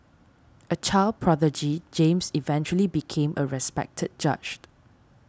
a child prodigy James eventually became a respected judge